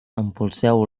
empolseu